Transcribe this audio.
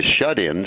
shut-ins